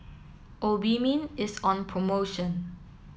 obimin is on promotion